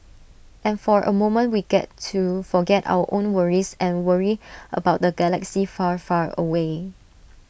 and for A moment we get to forget our own worries and worry about the galaxy far far away